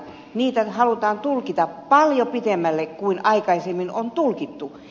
niitä halutaan tulkita paljon pitemmälle kuin aikaisemmin on tulkittu